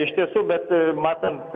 iš tiesų bet matant